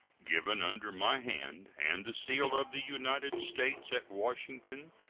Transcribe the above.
given under my hand and the seal of the united states, at washington,